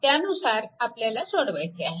त्यानुसार आपल्याला सोडवायचे आहे